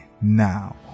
now